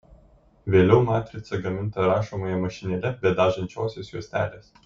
vėliau matrica gaminta rašomąja mašinėle be dažančiosios juostelės